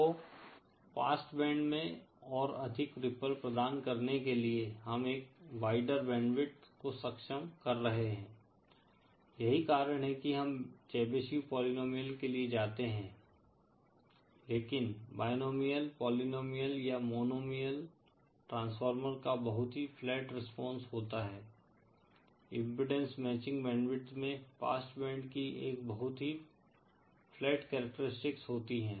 तो pass band में और अधिक रिप्पल प्रदान करने के लिए हम एक वाईडर बैंडविड्थ को सक्षम कर रहे हैं यही कारण है कि हम चेबीशेव पोलीनोमिअल के लिए जाते हैं लेकिन बाइनोमिअल पोलीनोमिअल या मोनोमियल ट्रांसफार्मर का बहुत ही फ्लैट रिस्पांस होता है इम्पीडेन्स मैचिंग बैंडविड्थ में पास्ट बैंड कि एक बहुत ही फ्लैट करैक्टरिस्टिक्स होती है